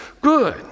good